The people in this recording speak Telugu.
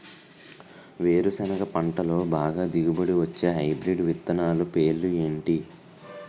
వేరుసెనగ పంటలో బాగా దిగుబడి వచ్చే హైబ్రిడ్ విత్తనాలు పేర్లు ఏంటి?